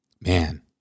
Man